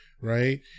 right